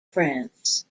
france